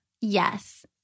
Yes